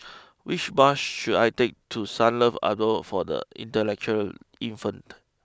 which bus should I take to Sunlove Abode for the Intellectually Infirmed